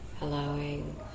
allowing